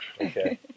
Okay